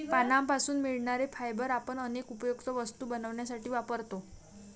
पानांपासून मिळणारे फायबर आपण अनेक उपयुक्त वस्तू बनवण्यासाठी वापरतो